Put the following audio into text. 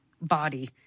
body